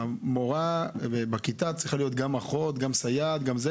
המורה בכיתה צריכה להיות גם אחות, גם סייעת וכולי.